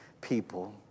people